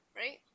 right